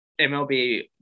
MLB